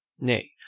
nay